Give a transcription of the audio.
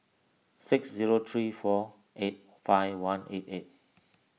six zero three four eight five one eight eight